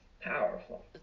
powerful